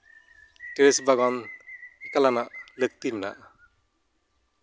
trace ᱵᱟᱜᱽᱣᱟᱱ ᱮᱠᱟᱞᱟᱱᱟᱜ ᱞᱟᱹᱠᱛᱤ ᱢᱮᱱᱟᱜᱼᱟ